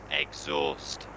exhaust